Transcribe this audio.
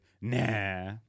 nah